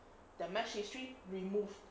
the match history remove